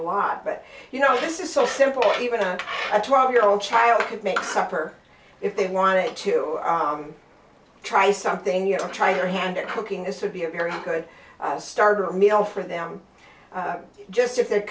lot but you know this is so simple even a twelve year old child could make supper if they wanted to try something you know try your hand at hooking this would be a very good starter meal for them just if they'